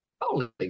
Holy